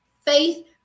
faith